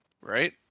Right